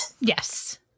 Yes